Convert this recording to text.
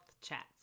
Chats